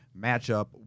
matchup